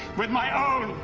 with my own,